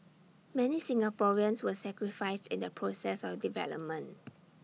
many Singaporeans were sacrificed in the process of development